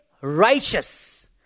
righteous